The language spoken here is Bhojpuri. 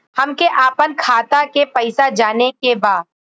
हमके आपन खाता के पैसा जाने के बा